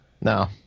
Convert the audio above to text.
No